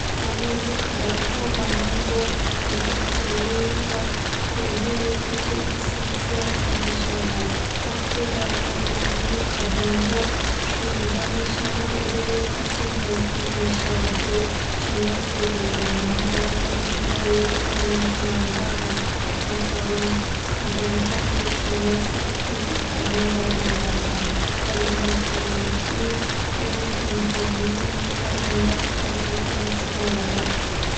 Овози қадамҳо ба ман бо интизорӣ ва ҳузури касе ассоатсия мешавад. Вақте дар оромӣ қадамҳо шунида мешаванд, гӯё касе наздик мешавад — ё шинос, ё бегона. Баъзан ин овоз оромкунанда аст, масалан, қадамҳои шиносе, ки ба хона бармегардад. Вале дар торикӣ ё танҳоӣ метавонад каме тарс оварад.